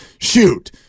shoot